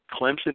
Clemson